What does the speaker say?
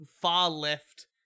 far-left